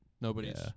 nobody's